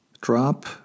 drop